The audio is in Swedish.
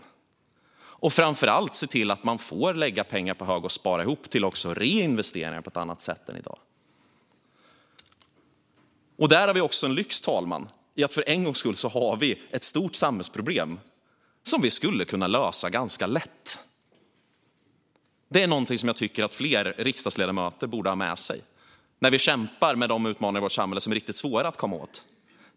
Framför allt handlar det om att se till att man får lägga pengar på hög och spara ihop till reinvesteringar på ett annat sätt än i dag. Där har vi en lyx, herr talman, i att vi för en gångs skull har ett stort samhällsproblem som vi skulle kunna lösa ganska lätt. Det är något som jag tycker att fler riksdagsledamöter borde ha med sig när vi kämpar med de utmaningar i vårt samhälle som är riktigt svåra att komma åt.